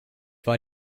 war